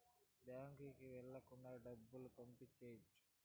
బ్యాంకుకి వెళ్ళకుండా డబ్బులు పంపియ్యొచ్చు